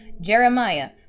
Jeremiah